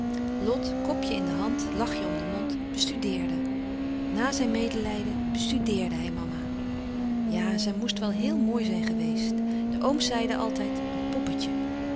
lot kopje in de hand lachje om den mond bestudeerde na zijn medelijden bestudeerde hij mama ja zij moest wel heel mooi zijn geweest de ooms zeiden altijd een poppetje